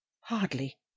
Hardly